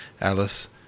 Alice